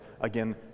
Again